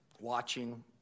watching